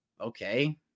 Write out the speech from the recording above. okay